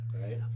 right